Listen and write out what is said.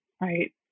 Right